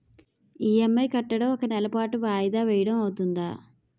EMI కట్టడం ఒక నెల పాటు వాయిదా వేయటం అవ్తుందా?